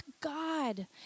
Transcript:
God